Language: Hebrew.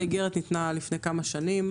האיגרת ניתנה לפני כמה שנים,